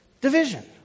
division